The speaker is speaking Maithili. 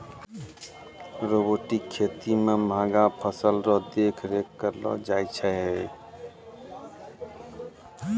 रोबोटिक खेती मे महंगा फसल रो देख रेख करलो जाय छै